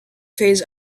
phase